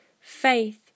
faith